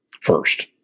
first